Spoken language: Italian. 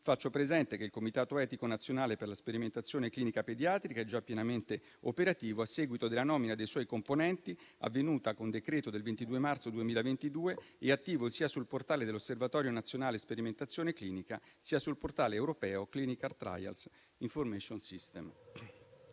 faccio presente che il comitato etico nazionale per la sperimentazione clinica pediatrica è già pienamente operativo, a seguito della nomina dei suoi componenti, avvenuta con decreto del 22 marzo 2022 e attivo sia sul portale dell'Osservatorio nazionale sperimentazione clinica, sia sul portale europeo Clinical trials information system.